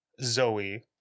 Zoe